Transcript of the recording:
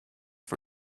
for